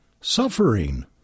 Suffering